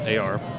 AR